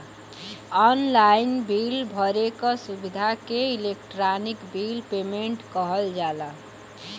online bill भरे क सुविधा के इलेक्ट्रानिक बिल पेमेन्ट कहल जाला